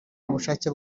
n’ubushake